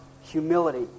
humility